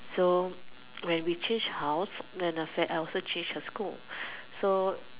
so when we changed house I also change her school so